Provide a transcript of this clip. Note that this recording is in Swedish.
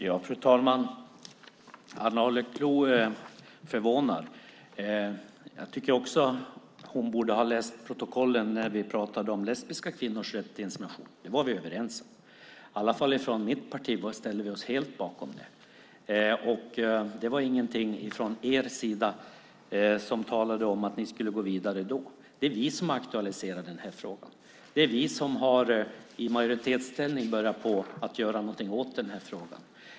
Fru talman! Ann Arleklo förvånar. Jag tycker att hon också borde ha läst protokollet från debatten om lesbiska kvinnors rätt till insemination. Det var vi överens om. I mitt parti ställde vi oss helt bakom det. Det var ingen från er sida som talade om att ni skulle gå vidare då. Det är vi som aktualiserar frågan. Det är vi som i majoritetsställning har börjat göra någonting åt frågan.